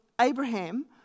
Abraham